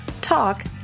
talk